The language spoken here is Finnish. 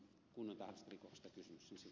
arvoisa puhemies